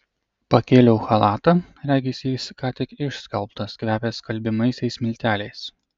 pakėliau chalatą regis jis ką tik išskalbtas kvepia skalbiamaisiais milteliais